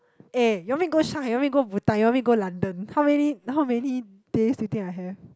eh you want me go Shanghai you want me go Bhutan you want me go London how many how many days you think I have